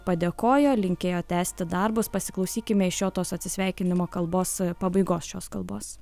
padėkojo linkėjo tęsti darbus pasiklausykime iš jo tos atsisveikinimo kalbos pabaigos šios kalbos